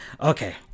Okay